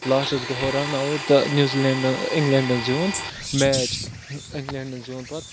لاسٹَس گوٚو ہُہ رَن آوُٹ تہٕ نِو زِلینٛڈَن اِنٛگلینٛڈَن زیوٗن میچ اِنٛگلینٛڈَن زیوٗن پَتہٕ